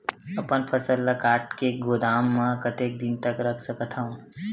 अपन फसल ल काट के गोदाम म कतेक दिन तक रख सकथव?